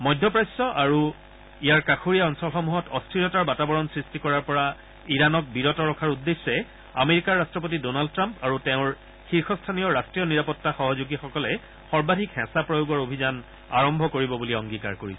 মধ্য প্ৰাচ্য তথা ইয়াৰ কাষৰীয়া অঞ্চলসমূহত অস্থিৰতাৰ বাতাবৰণ সৃষ্টি কৰাৰ পৰা ইৰাণক বিৰত ৰখাৰ উদ্দেশ্যে আমেৰিকাৰ ৰাট্ৰপতি ডনাল্ড ট্ৰাম্প আৰু তেওঁৰ শীৰ্ষস্থানীয় ৰাষ্ট্ৰীয় নিৰাপত্তা সহযোগীসকলে সৰ্বাধিক হেঁচা প্ৰয়োগৰ অভিযান আৰম্ভ কৰিব বুলি অংগীকাৰ কৰিছে